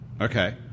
Okay